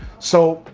so,